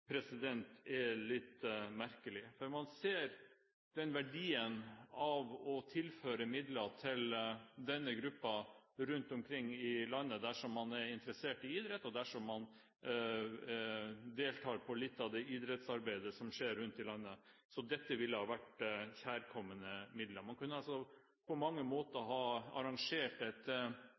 er litt merkelig. Man ser verdien av å tilføre midler til denne gruppen rundt omkring i landet dersom man er interessert i idrett, og dersom man deltar på litt av det idrettsarbeidet som skjer rundt i landet. Så dette ville vært kjærkomne midler. Man kunne på mange måter ha arrangert et